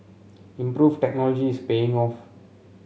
improved technology is paying off